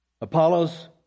Apollos